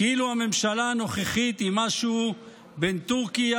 כאילו הממשלה הנוכחית היא משהו בין טורקיה